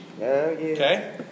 Okay